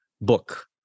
book